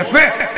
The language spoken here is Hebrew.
יפה.